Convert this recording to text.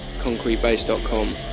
concretebase.com